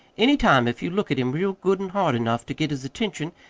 any time, if you look at him real good an' hard enough to get his attention,